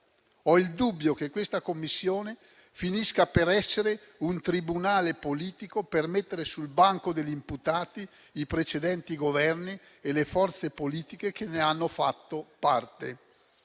Ho il dubbio che questa Commissione finisca per essere un tribunale politico per mettere sul banco degli imputati i precedenti Governi e le forze politiche che ne hanno fatto parte.